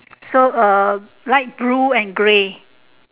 so uh light blue and grey